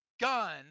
gun